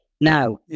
Now